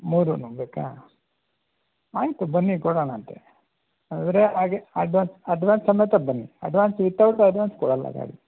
ಮೂರುನು ಬೇಕಾ ಆಯಿತು ಬನ್ನಿ ಕೊಡೋಣ ಅಂತೆ ಆದರೆ ಹಾಗೆ ಅಡ್ವಾನ್ಸ್ ಅಡ್ವಾನ್ಸ್ ಸಮೇತ ಬನ್ನಿ ಅಡ್ವಾನ್ಸ್ ವಿಥೌಟ್ ಅಡ್ವಾನ್ಸ್ ಕೊಡಲ್ಲ ಗಾಡಿ